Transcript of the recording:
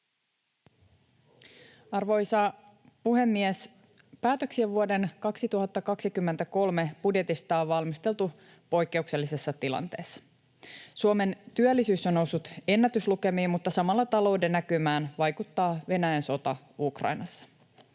Arvoisa puhemies! Päätöksiä vuoden 2023 budjetista on valmisteltu poikkeuksellisessa tilanteessa. Suomen työllisyys on noussut ennätyslukemiin, mutta samalla talouden näkymään vaikuttaa Venäjän sota Ukrainassa.